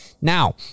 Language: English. Now